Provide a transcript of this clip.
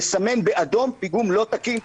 יסמן באדום פיגום לא תקין,